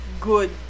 good